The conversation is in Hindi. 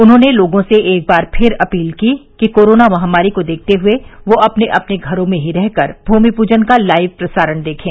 उन्होंने लोगों से एक बार फिर अपील की कि कोरोना महामारी को देखते हुए वो अपने अपने घरों में ही रहकर भूमि पूजन का लाइव प्रसारण देखें